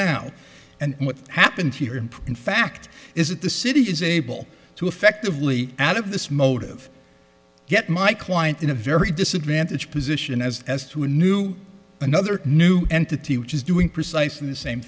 now and what happens here in fact is that the city is able to effectively out of this motive yet my client in a very disadvantaged position as to a new another new entity which is doing precisely the same